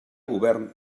govern